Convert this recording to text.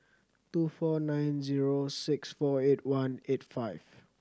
two four nine zero six four eight one eight five